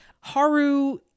Haru